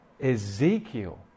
Ezekiel